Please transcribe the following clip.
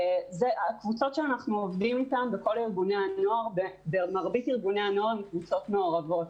הקבוצות שאנו עובדים איתן במרבית ארגוני הנוער הן קבוצות מעורבות.